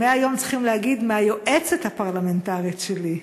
מהיום צריכים להגיד מהיועצת הפרלמנטרית שלי,